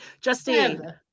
Justine